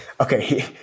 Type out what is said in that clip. okay